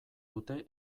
dute